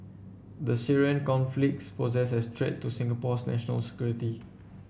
the Syrian conflict poses a threat to Singapore's national security